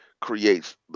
creates